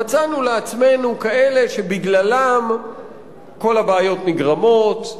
מצאנו לעצמנו כאלה שבגללם כל הבעיות נגרמות,